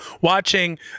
watching